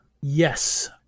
Yes